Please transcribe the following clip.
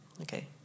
okay